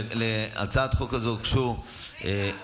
להצעת החוק הזו הוגשו הסתייגויות,